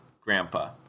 grandpa